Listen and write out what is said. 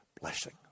Blessing